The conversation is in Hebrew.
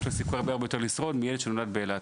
הרבה יותר סיכוי לשרוד מילד שנולד באילת.